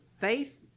faith